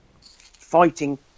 fighting